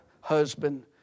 husband